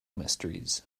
mysteries